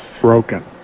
broken